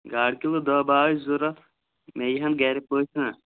گاڈٕ کِلوٗ دہ بَہہ ٲسۍ ضروٗرت مےٚ یی ہن گَرِ پٔژھۍ نہ